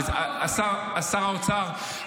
שר האוצר,